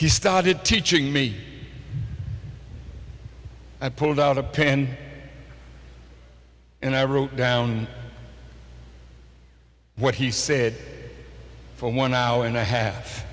he started teaching me i pulled out a pen and i wrote down what he said for one hour and a half